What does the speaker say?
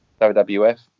WWF